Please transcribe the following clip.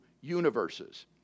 universes